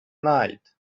night